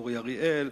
אורי אריאל,